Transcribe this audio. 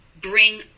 bring